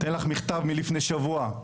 אני אתן לך מכתב מלפני שבוע.